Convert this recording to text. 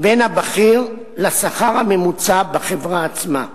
הבכיר לשכר הממוצע בחברה עצמה.